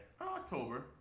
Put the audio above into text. October